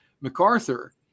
MacArthur